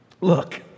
look